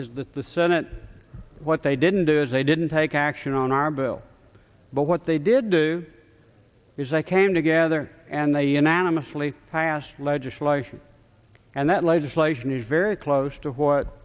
is that the senate what they didn't do is they didn't take action on our bill but what they did do is i came together and they unanimously passed legislation and that legislation is very close to what